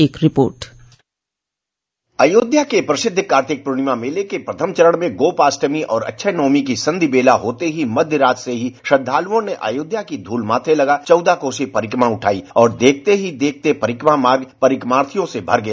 एक रिपोर्ट अयोध्या के प्रसिद्द कार्तिक प्रर्णिमा मेले के प्रथम चरण में गोपाष्टमी और अक्षय नवमी की संधि बेला होते ही मध्य रात्रि से श्रद्धालुओं ने अयोध्या की धूल माथे लगा चौदह कोसी परिक्रमा उठाई और देखते ही देखते परिक्रमा मार्ग परिक्रमार्थियों से भर गया